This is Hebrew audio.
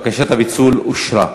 בקשת הפיצול אושרה.